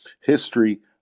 history